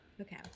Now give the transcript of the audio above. Okay